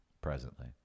presently